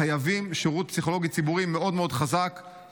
חייבים שירות פסיכולוגי ציבורי חזק מאוד.